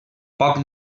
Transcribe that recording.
poc